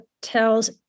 tells